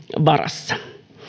varassa